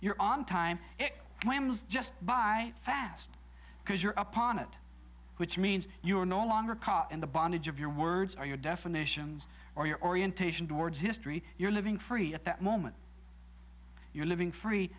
you're on time it was just by fast because you're upon it which means you are no longer caught in the bondage of your words are your definitions or your orientation towards history you're living free at that moment you're living free